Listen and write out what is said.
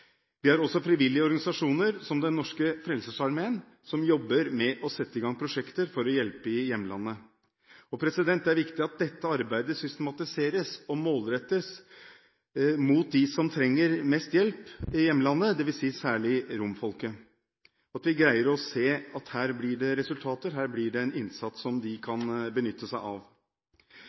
Det er også frivillige organisasjoner, som Frelsesarmeen i Norge, som jobber med å sette i gang prosjekter for å hjelpe i hjemlandet. Det er viktig at dette arbeidet systematiseres og målrettes mot dem som trenger mest hjelp i hjemlandet, særlig romfolket, og at vi greier å se at her blir det resultater, her blir det en innsats som de kan benytte seg av.